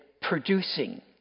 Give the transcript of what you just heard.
producing